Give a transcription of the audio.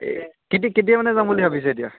এই কিতি কেতিয়া মানে যাম বুলি ভাবিছে এতিয়া